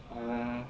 uh